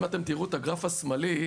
אם אתם תראו את הגרף השמאלי,